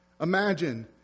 Imagine